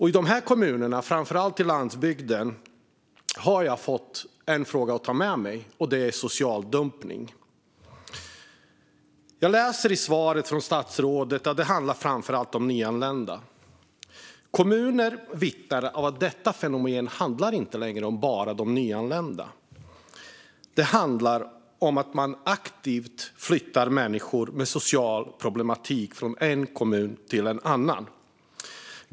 I dessa kommuner, framför allt på landsbygden, har jag fått en fråga att ta med mig. Det är social dumpning. Jag hör i svaret från statsrådet att det framför allt handlar om nyanlända. Men kommuner vittnar om att detta fenomen inte längre bara handlar om nyanlända. Det handlar om att man aktivt flyttar människor med social problematik från en kommun till en annan.